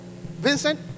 Vincent